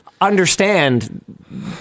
understand